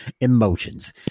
emotions